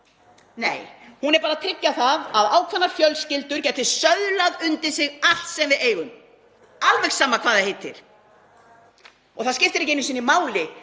Nei, hún er bara að tryggja það að ákveðnar fjölskyldur gæti sölsað undir sig allt sem við eigum, alveg sama hvað það heitir. Og það skiptir ekki einu sinni máli